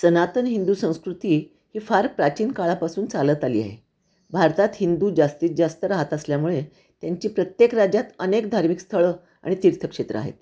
सनातन हिंदू संस्कृती ही फार प्राचीन काळापासून चालत आली आहे भारतात हिंदू जास्तीत जास्त रहात असल्यामुळे त्यांची प्रत्येक राज्यात अनेक धार्मिक स्थळं आणि तीर्थक्षेत्रं आहेत